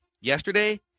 Yesterday